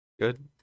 Good